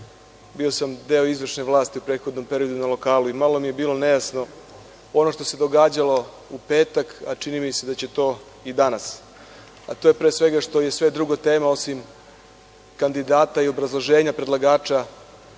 bio sam deo izvršne vlasti u prethodnom periodu i na lokalu. Malo mi je bilo nejasno ono što se događalo u petak, a čini mi se da će to i danas, a to je pre svega što je sve drugo tema, osim kandidata i obrazloženja predlagača